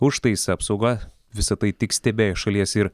užtaisą apsauga visa tai tik stebėjo iš šalies ir